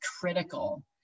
critical